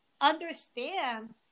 understand